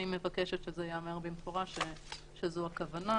אני מבקשת שזה ייאמר במפורש שזאת הכוונה.